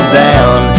down